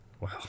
Wow